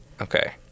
Okay